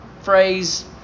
phrase